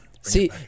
See